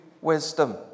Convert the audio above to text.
wisdom